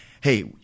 Hey